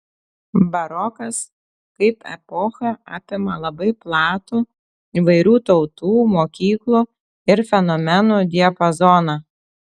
barokas kaip epocha apima labai platų įvairių tautų mokyklų ir fenomenų diapazoną